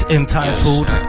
entitled